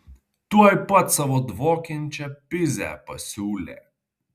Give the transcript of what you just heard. tuoj pat savo dvokiančią pizę pasiūlė